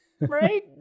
right